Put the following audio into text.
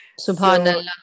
subhanallah